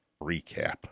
Recap